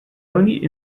only